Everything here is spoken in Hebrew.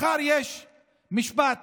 מחר יש את המשפט